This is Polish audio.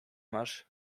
masz